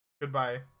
Goodbye